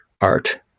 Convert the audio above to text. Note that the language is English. art